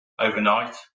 overnight